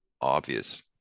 obvious